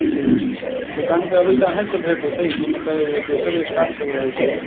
जी दोकान पर एबै तऽ अहींँसँ भेंट हेतै कि मतलब दोसर स्टाफ सभ रहैत छै